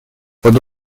под